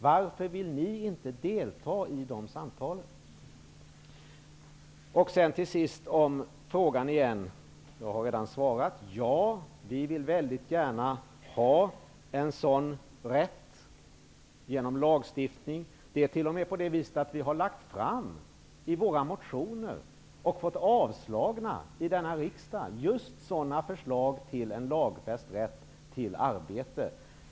Varför vill ni inte delta i de samtalen? Avslutningsvis ställde Allan Larsson åter en fråga. Jag har redan svarat: Ja, vi vill mycket gärna ha en sådan rätt genom lagstiftning. I våra motioner, som har blivit avslagna i denna riksdag, har vi lagt fram just sådana förslag till en lagfäst rätt till arbete.